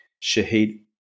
Shahid